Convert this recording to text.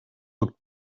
looked